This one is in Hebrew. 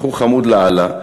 בחור חמוד לאללה.